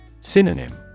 Synonym